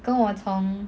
跟我从